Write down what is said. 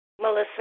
Melissa